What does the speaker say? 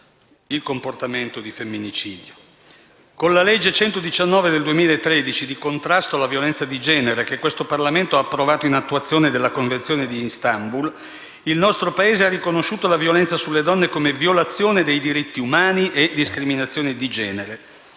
il comportamento di femminicidio. Con la legge n. 119 del 2013 di contrasto alla violenza di genere, che questo Parlamento ha approvato in attuazione della Convenzione di Istanbul, il nostro Paese ha riconosciuto la violenza sulle donne come violazione dei diritti umani e discriminazione di genere.